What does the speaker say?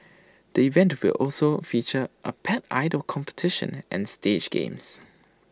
the event will also feature A pet idol competition and stage games